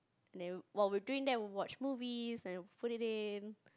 no while we are doing that we watch movie and put it in